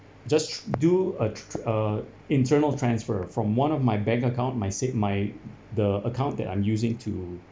just do a a internal transfer from one of my bank account my sav~ my the account that I'm using to